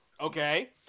Okay